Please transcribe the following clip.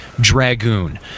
Dragoon